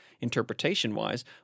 interpretation-wise